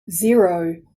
zero